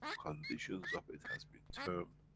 conditions of it has been termed,